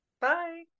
bye